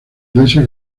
iglesia